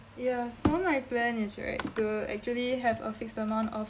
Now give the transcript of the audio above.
ya so my plan is right to actually have a fixed amount of